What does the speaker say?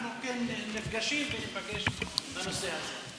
אנחנו כן נפגשים וניפגש בנושא הזה.